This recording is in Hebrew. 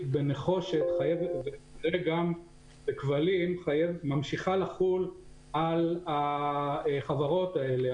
בנחושת וגם בכבלים ממשיכה לחול על החברות האלה,